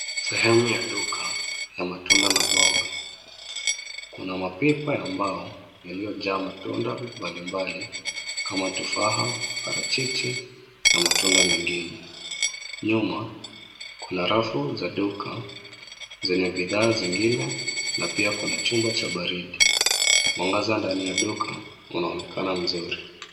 Sehemu ya duka ya matunda na mboga. Kuna mapipa ya mbao yaliyojaa matunda mbalimbali kama tufaha, parachichi na matunda mengine. Nyuma kuna rafu za duka zenye bidhaa nyingine, na pia kuna chumba cha baridi. Mwangaza ndani ya duka unaonekana vizuri.